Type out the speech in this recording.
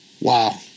Wow